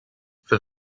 for